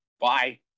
bye